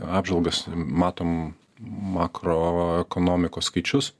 apžvalgas matom makroekonomikos skaičius